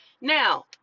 Now